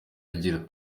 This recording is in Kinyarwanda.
agira